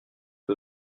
que